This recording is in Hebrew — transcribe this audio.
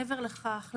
מעבר לכך,